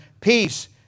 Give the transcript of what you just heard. peace